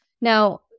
Now